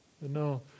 no